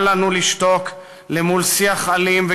אל לנו לשתוק אל מול שיח אלים,